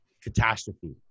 catastrophe